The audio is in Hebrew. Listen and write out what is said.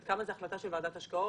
עד כמה זו החלטה של ועדת ההשקעות?